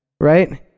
right